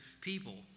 people